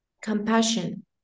compassion